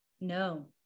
no